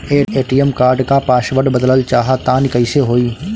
ATM card क password बदलल चाहा तानि कइसे होई?